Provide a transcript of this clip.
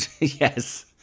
yes